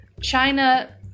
China